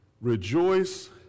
rejoice